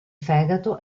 fegato